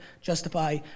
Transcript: justify